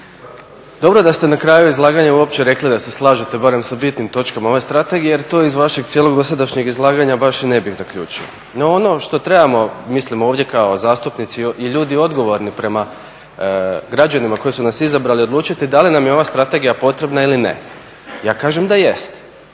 dobro da ste na kraju zalaganja uopće rekli da se slažete barem sa bitnim točkama ove strategije jer to iz vašeg cijelog dosadašnjeg izlaganja baš i ne bih zaključio. No ono što trebamo, mislim ovdje kao zastupnici i ljudi odgovorni prema građanima koji su nas izabrali, odlučiti da li nam je ova strategija potrebna ili ne. Ja kažem da jest,